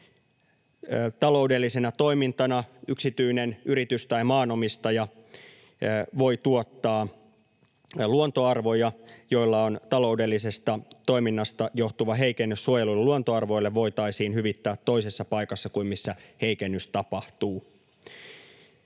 taloudellisena toimintana yksityinen yritys tai maanomistaja voi tuottaa luontoarvoja, jolloin taloudellisesta toiminnasta johtuva heikennys suojelluille luontoarvoille voitaisiin hyvittää toisessa paikassa kuin missä heikennys tapahtuu.